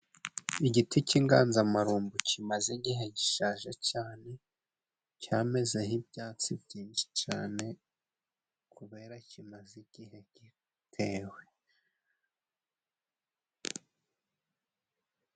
Igiti cy'inganzamarumbu kimaze igihe gishaje cyane cyameze ibyatsi byinshi cane kubera kimaze igihe gitewe.